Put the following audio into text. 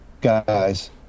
guys